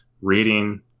reading